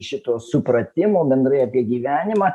šito supratimo bendrai apie gyvenimą